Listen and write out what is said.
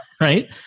Right